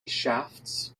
shafts